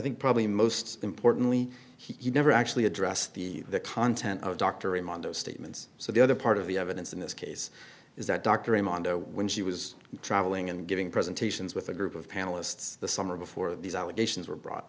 think probably most importantly he never actually addressed the content of dr rimando statements so the other part of the evidence in this case is that dr raimondo when she was traveling and giving presentations with a group of panelists the summer before these allegations were brought